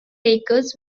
takers